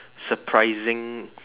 surprising